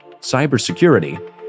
cybersecurity